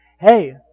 Hey